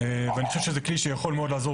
אני חושב שזה כלי שיכול לעזור מאוד